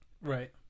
Right